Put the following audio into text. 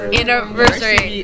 anniversary